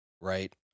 right